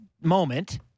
moment